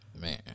man